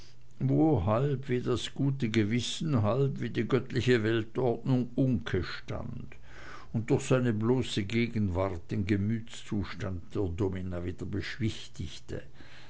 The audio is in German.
halb wie das gute gewissen halb wie die göttliche weltordnung uncke stand und durch seine bloße gegenwart den gemütszustand der domina wieder beschwichtigte